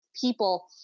people